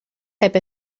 heb